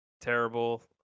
terrible